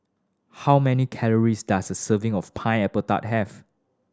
how many calories does a serving of Pineapple Tart have